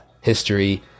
history